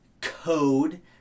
code